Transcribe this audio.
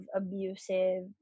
abusive